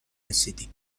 رسیدیم